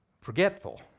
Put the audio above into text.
forgetful